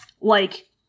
like-